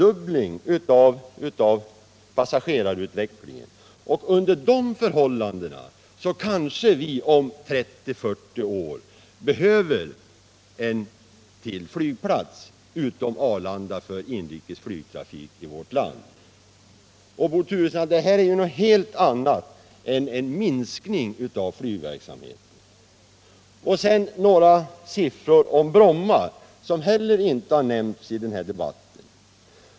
Under sådana förhållanden behöver vi om 30-40 år kanske ytterligare en flygplats förutom Arlanda för inrikes flygtrafik i vårt land. Detta är, Bo Turesson, något helt annat än en minskning av flygverksamheten. Jag vill sedan anföra några siffror om Bromma, som inte heller har nämnts i debatten.